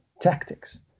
tactics